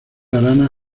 arana